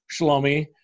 Shlomi